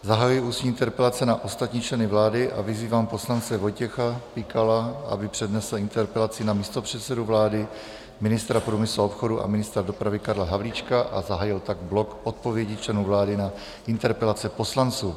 Zahajuji ústní interpelace na ostatní členy vlády a vyzývám poslance Vojtěcha Pikala, aby přednesl interpelaci na místopředsedu vlády, ministra průmyslu a obchodu a ministra dopravy Karla Havlíčka, a zahájil tak blok odpovědí členů vlády na interpelace poslanců.